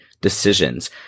decisions